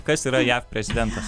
kas yra jav prezidentas